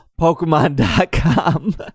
Pokemon.com